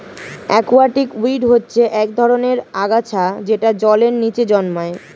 aquatic weed হচ্ছে এক ধরনের আগাছা যেটা জলের নিচে জন্মায়